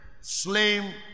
slain